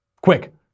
Quick